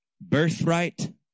birthright